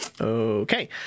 Okay